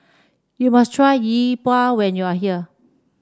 you must try Yi Bua when you are here